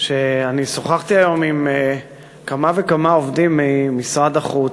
שאני שוחחתי היום עם כמה וכמה עובדים ממשרד החוץ,